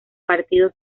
partidos